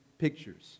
pictures